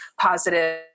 positive